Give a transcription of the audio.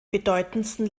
bedeutendsten